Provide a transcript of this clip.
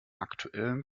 aktuellen